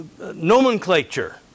nomenclature